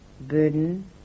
burden